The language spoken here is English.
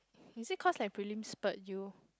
is it cause like prelim spurred you